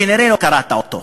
כנראה לא קראת אותו.